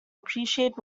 appreciate